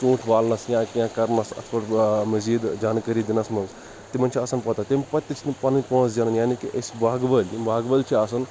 ژُونٛٹھۍ والنَس یا کینٛہہ کَرنَس مٔزیٖد جانکٲرِی دِنَس منٛز تِمَن چھِ آسان پَتہ تمہِ پَتہٕ تہِ چھِ تِم پَنٕنۍ پونٛسہٕ زینان یعنے کہِ أسۍ باغہٕ وٲلۍ یِم باغہٕ وٲلۍ چھِ آسان